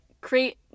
create